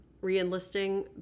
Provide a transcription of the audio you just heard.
re-enlisting